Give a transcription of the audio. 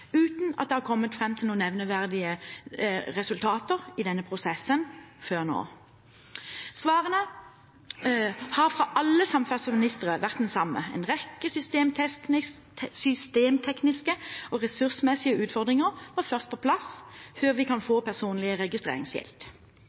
uten at man har kommet fram til noen nevneverdige resultater i denne prosessen før nå. Svarene har vært de samme fra alle samferdselsministrene: En rekke systemtekniske og ressursmessige utfordringer må på plass før vi kan få personlige